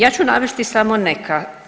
Ja ću navesti samo neka.